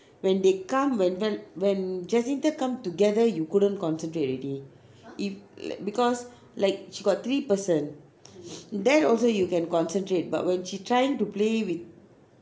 when they come when whe~ when jacintha come together you couldn't concentrate already if because like she got three person then also you can concentrate but when she trying to play with